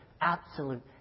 absolute